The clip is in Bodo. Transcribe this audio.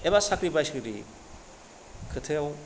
एबा साख्रि बाख्रि खोथायाव